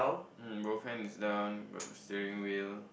um both hand is down got the steering wheel